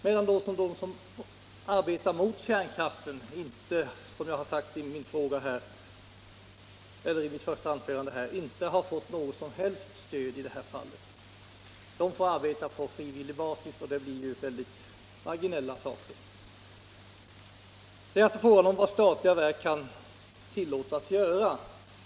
Men de som arbetar mot kärnkraft har — som jag sade i mitt första anförande —- inte fått något som helst stöd i det här fallet. De får arbeta på frivillig basis, och det blir mycket marginellt. Det är alltså fråga om vad statliga verk kan tillåtas göra.